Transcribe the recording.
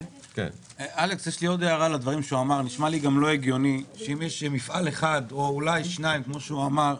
נשמע לי גם לא הגיוני שאם יש מפעל או שניים לחד-פעמי,